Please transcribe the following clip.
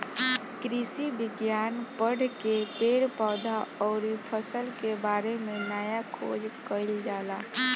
कृषि विज्ञान पढ़ के पेड़ पौधा अउरी फसल के बारे में नया खोज कईल जाला